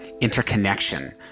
interconnection